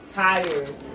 tires